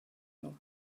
nhw